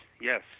yes